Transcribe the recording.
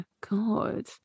god